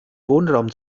wohnraum